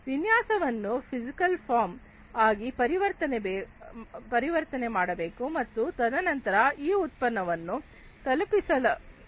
ವಿನ್ಯಾಸವನ್ನು physical form ಆಗಿ ಪರಿವರ್ತಿಸ ಬೇಕು ಮತ್ತು ತದನಂತರ ಈ ಉತ್ಪಾದನೆಯನ್ನು ತಲುಪಿಸಲಾಗುವುದು